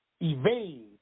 evade